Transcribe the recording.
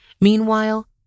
Meanwhile